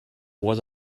was